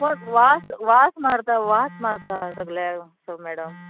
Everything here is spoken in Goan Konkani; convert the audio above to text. पण वास वास मारता वास मारता सगल्या सो मॅडम